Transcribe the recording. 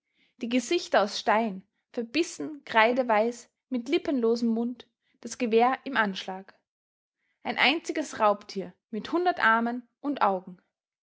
die gesichter aus stein verbissen kreideweiß mit lippenlosem mund das gewehr im anschlag ein einziges raubtier mit hundert armen und augen